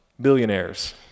billionaires